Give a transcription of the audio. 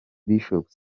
bishop